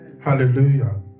Hallelujah